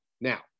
Now